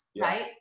right